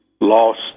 lost